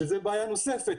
שזה בעיה נוספת